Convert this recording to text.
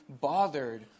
bothered